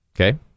Okay